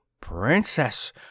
Princess